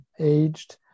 aged